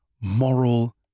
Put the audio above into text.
moral